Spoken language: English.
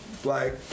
black